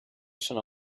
sono